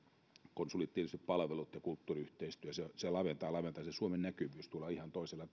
konsulit tietysti palvelut ja kulttuuriyhteistyö se laventaa laventaa se suomen näkyvyys tulee ihan toisella